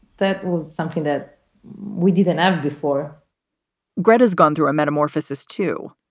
that was something that we didn't have before greed has gone through a metamorphosis, too.